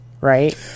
Right